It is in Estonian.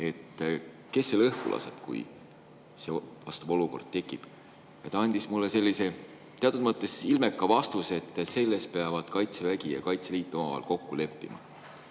et kes selle õhku laseb, kui see olukord tekib. Ta andis mulle teatud mõttes ilmeka vastuse, et selles peavad Kaitsevägi ja Kaitseliit omavahel kokku leppima.